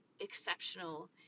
exceptional